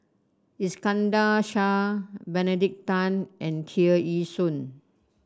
Iskandar Shah Benedict Tan and Tear Ee Soon